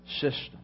system